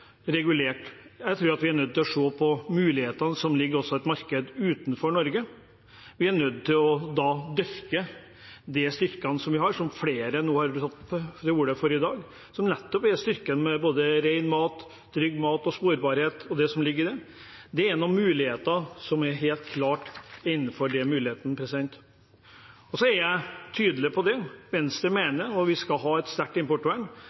Jeg tror vi er nødt til også å se på mulighetene som ligger i markedet utenfor Norge. Vi er nødt til å dyrke de styrkene som vi har, som flere har tatt til orde for i dag, som nettopp er ren mat, trygg mat, sporbarhet og det som ligger i det. Det er noen muligheter som helt klart ligger der. Så er jeg tydelig på at Venstre mener at vi skal ha et sterkt importvern.